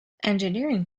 engineering